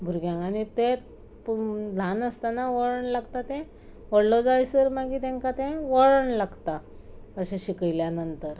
भुरग्यांक आनी ते पळोवन ल्हान आसतना वळण लागता तें व्हडलो जायसर मागीर तेंकां तें वळण लागता अशें शिकयल्या नंतर